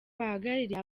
bahagarariye